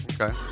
Okay